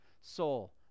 soul